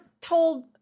told